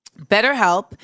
BetterHelp